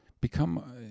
Become